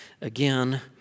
again